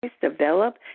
develop